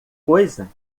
coisa